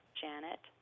janet